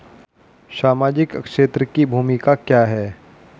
सामाजिक क्षेत्र की भूमिका क्या है?